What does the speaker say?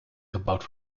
gebouwd